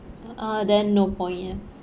uh ah then no point ya